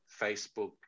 Facebook